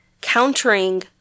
countering